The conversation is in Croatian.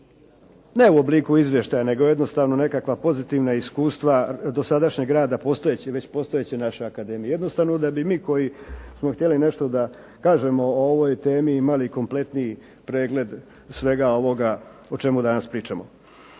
ne u obliku izvještaja, nego jednostavno nekakva pozitivna iskustva dosadašnjeg rada već postojeće naše akademije. Jednostavno da bi mi koji smo htjeli nešto da kažemo o ovoj temi imali kompletniji pregled svega ovoga o čemu danas pričamo.